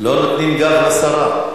לא נותנים גב לשרה.